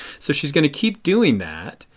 so she is going to keep doing that.